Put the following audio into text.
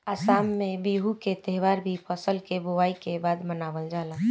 आसाम में बिहू के त्यौहार भी फसल के बोआई के बाद मनावल जाला